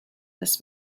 this